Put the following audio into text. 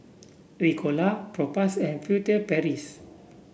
Ricola Propass and Furtere Paris